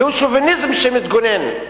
זה שוביניזם שמתגונן.